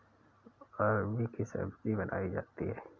अरबी की सब्जी बनायीं जाती है